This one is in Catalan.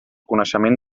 coneixement